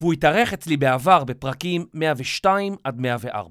והוא התארך אצלי בעבר בפרקים 102 עד 104.